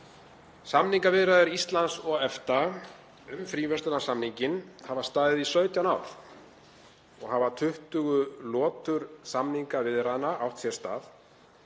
Samningaviðræður Íslands og EFTA um fríverslunarsamninginn hafa staðið í 17 ár og hafa 20 lotur samningaviðræðna átt sér stað